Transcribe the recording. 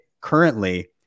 currently